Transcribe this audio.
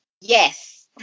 Yes